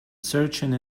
searching